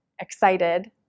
excited